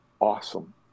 awesome